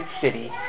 city